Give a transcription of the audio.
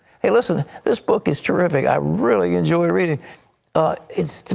hey, listen this book is terrific. i really enjoyed reading it.